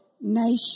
nation